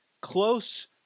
close